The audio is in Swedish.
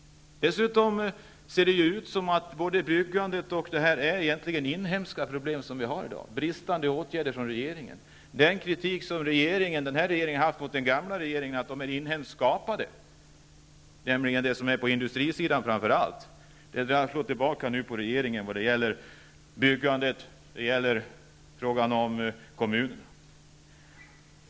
Det är egentligen inhemska problem som vi har att brottas med i dag. Den kritik som de nuvarande regeringspartierna riktade mot den gamla regeringen för att svårigheterna är inhemskt skapade, framför allt på industrisidan, slår tillbaka på den nuvarande regeringen vad gäller byggandet och i fråga om kommunerna.